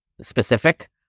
specific